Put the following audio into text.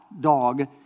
Dog